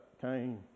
came